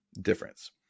difference